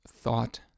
thought